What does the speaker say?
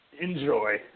enjoy